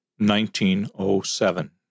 1907